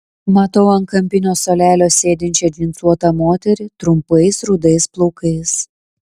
matau ant kampinio suolelio sėdinčią džinsuotą moterį trumpais rudais plaukais